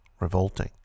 Revolting